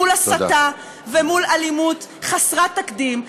מול הסתה ומול אלימות חסרת תקדים,